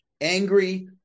Angry